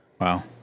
Wow